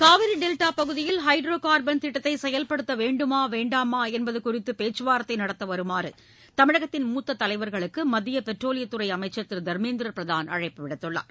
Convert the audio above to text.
Kaveri delta பகுதியில் hydrocarbon திட்டத்தை செயல்படுத்த வேண்டுமா வேண்டாமா என்பது குறித்து பேச்சுவார்தை நடத்த வருமாறு தமிழகத்தின் மூத்தத் தலைவா்களுக்கு மத்திய பெட்ரோலியத் துறை அமைச்சர் திரு தர்மேந்திர பிரதான் அழைப்பு விடுத்துள்ளார்